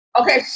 Okay